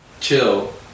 chill